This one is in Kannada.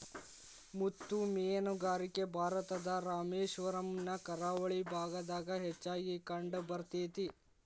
ಮುತ್ತು ಮೇನುಗಾರಿಕೆ ಭಾರತದ ರಾಮೇಶ್ವರಮ್ ನ ಕರಾವಳಿ ಭಾಗದಾಗ ಹೆಚ್ಚಾಗಿ ಕಂಡಬರ್ತೇತಿ